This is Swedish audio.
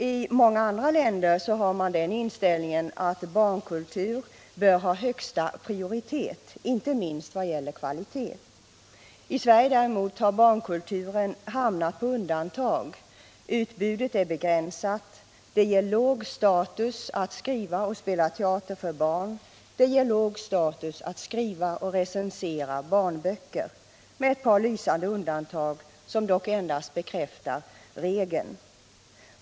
I många andra länder har man den inställningen att barnkultur bör ha högsta prioritet, inte minst vad gäller kvalitet. I Sverige däremot har barnkulturen hamnat på undantag. Utbudet är begränsat. Det ger låg status att skriva och spela teater för barn liksom att skriva och recensera barnböcker —- med ett par lysande undantag, som dock endast bekräftar regeln.